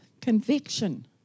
Conviction